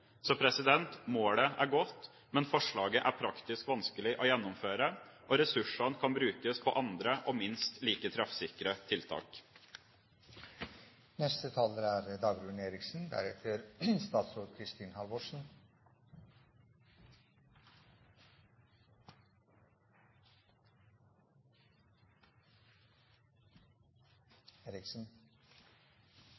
Så målet er godt, men forslaget er praktisk vanskelig å gjennomføre, og ressursene kan brukes på andre og minst like treffsikre tiltak. Det er